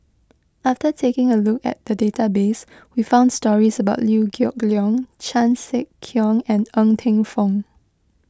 after taking a look at the database we found stories about Liew Geok Leong Chan Sek Keong and Ng Teng Fong